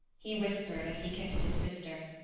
he whispered as he kissed his sister.